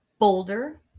Boulder